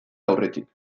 aurretik